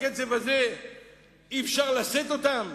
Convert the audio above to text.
בקצב הזה אי-אפשר לשאת אותן.